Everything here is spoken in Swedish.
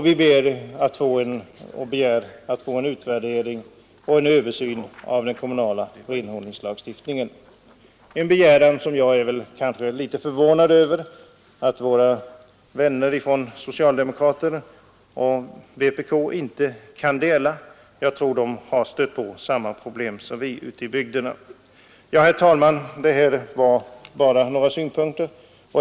Vi begär därför en utvärdering och en översyn av den kommunala renhållningslagstiftningen. Jag är något förvånad över att socialdemokrater och vpk-ledamöter inte kan ansluta sig till denna begäran — jag tror att de har stött på samma problem som vi har gjort ute i bygderna. Herr talman!